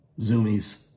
Zoomies